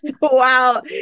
Wow